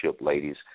ladies